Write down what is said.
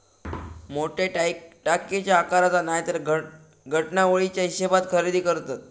मोठ्या टाकयेच्या आकाराचा नायतर घडणावळीच्या हिशेबात खरेदी करतत